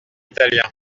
italien